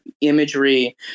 imagery